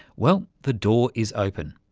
well, the door is open.